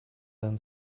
than